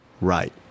Right